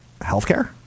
healthcare